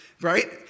right